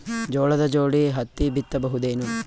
ಜೋಳದ ಜೋಡಿ ಹತ್ತಿ ಬಿತ್ತ ಬಹುದೇನು?